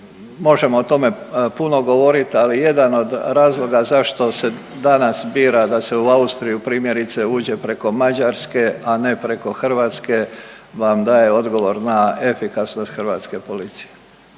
možemo o tome puno govorit, ali jedan od razloga zašto se danas bira da se u Austriju primjerice uđe preko Mađarske, a ne preko Hrvatske vam daje odgovor na efikasnost hrvatske policije.